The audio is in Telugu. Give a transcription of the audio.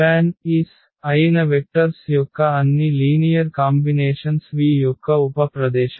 SPAN అయిన వెక్టర్స్ యొక్క అన్ని లీనియర్ కాంబినేషన్స్ V యొక్క ఉప ప్రదేశం